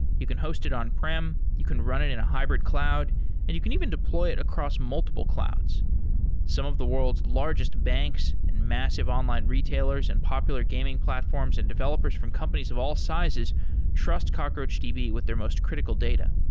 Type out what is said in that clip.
you can host it on-prem, you can run it in a hybrid cloud and you can even deploy it across multiple clouds some of the world's largest banks and massive online retailers and popular gaming platforms and developers from companies of all sizes trust cockroachdb with their most critical data.